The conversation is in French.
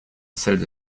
celles